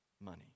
money